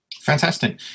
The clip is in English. Fantastic